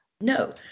No